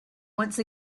once